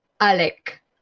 Alec